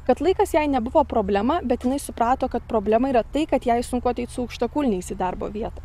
kad laikas jai nebuvo problema bet jinai suprato kad problema yra tai kad jai sunku ateit su aukštakulniais į darbo vietą